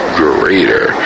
greater